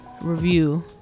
review